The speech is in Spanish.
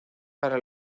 para